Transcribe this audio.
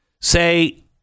say